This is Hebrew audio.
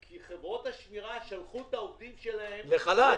חברות השמירה שלחו את העובדים שלהם לחל"ת,